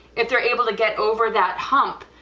if they're able to get over that hump,